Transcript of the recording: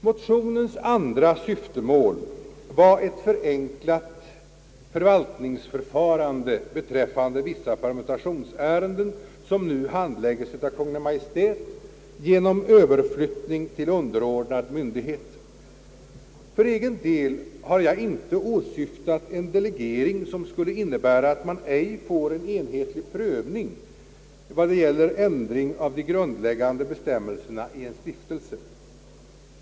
Motionens andra syftemål var ett förenklat förvaltningsförfarande beträffande vissa permutationsärenden, som nu handläggs av Kungl. Maj:t, genom överflyttning till underordnad myndig het. För egen del har jag inte åsyftat en delegering som skulle innebära att man ej får en enhetlig prövning vad gäller ändring av de grundläggande bestämmelserna i en stiftelse.